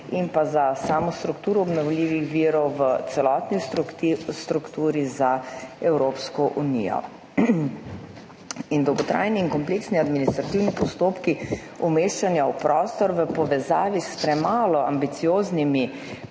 in pa s samo strukturo obnovljivih virov v celotni strukturi za Evropsko unijo. Dolgotrajni in kompleksni administrativni postopki umeščanja v prostor v povezavi s premalo ambicioznimi